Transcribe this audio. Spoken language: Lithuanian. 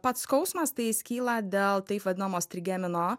pats skausmas tai jis kyla dėl taip vadinamos trigemino